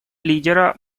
лидера